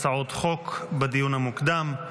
הצעות חוק בדיון המוקדם.